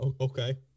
okay